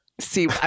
See